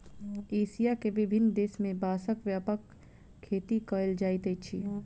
Asia के विभिन्न देश में बांसक व्यापक खेती कयल जाइत अछि